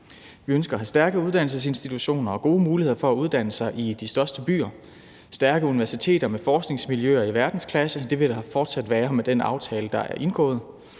Vi ønsker at have stærke uddannelsesinstitutioner og gode muligheder for at uddanne sig i de største byer, stærke universiteter med forskningsmiljøer i verdensklasse – det vil der fortsat være med den aftale, der er indgået